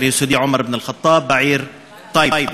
היסודי עומר אבן אל-ח'טאב בעיר טייבה.